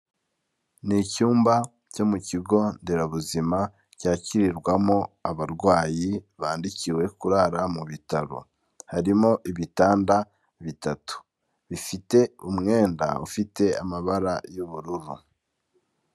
Ni icyumba cyo mu kigo nderabuzima cyakirirwamo abarwayi bandikiwe kurara mu bitaro, harimo ibitanda bitatu bifite umwenda ufite amabara y'ubururu.